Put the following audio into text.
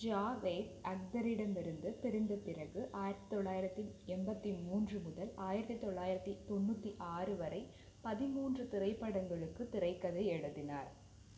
ஜாவேத் அக்தரிடமிருந்து பிரிந்த பிறகு ஆயிரத்து தொள்ளாயிரத்து எண்பத்தி மூன்று முதல் ஆயிரத்து தொள்ளாயிரத்து தொண்ணூற்றி ஆறு வரை பதிமூன்று திரைப்படங்களுக்கு திரைக்கதை எழுதினார்